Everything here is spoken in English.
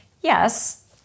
Yes